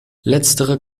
letztere